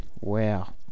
Wow